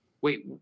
wait